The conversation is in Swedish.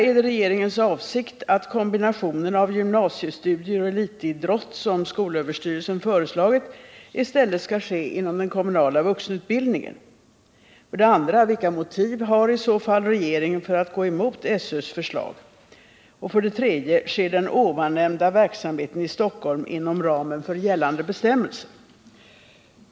Är det regeringens avsikt att kombinationen av gymnasiestudier och elitidrott som skolöverstyrelsen föreslagit i stället skall ske inom den kommunala vuxenutbildningen? 2. Vilka motiv har, i så fall, regeringen för att gå emot SÖ:s förslag? 3. Sker den ovannämnda verksamheten i Stockholm inom ramen för gällande bestämmelser?